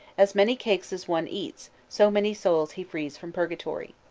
as many cakes as one eats so many souls he frees from purgatory.